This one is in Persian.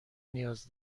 نیاز